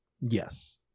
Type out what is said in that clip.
Yes